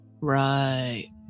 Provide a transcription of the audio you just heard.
right